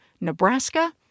Nebraska